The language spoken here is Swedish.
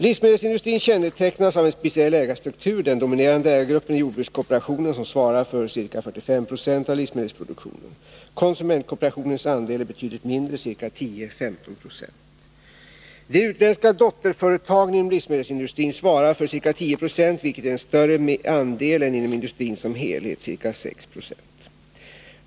Livsmedelsindustrin kännetecknas av en speciell ägarstruktur. Den dominerande ägargruppen är jordbrukskooperationen, som svarar för ca 45 70 av livsmedelsproduktionen. Konsumentkooperationens andel är betydligt mindre, ca 10-15 96. De utländska dotterföretagen inom livsmedelsindustrin svarar för ca 10 96, vilket är en större andel än inom industrin som helhet, ca 6 96.